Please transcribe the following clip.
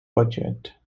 budget